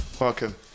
Welcome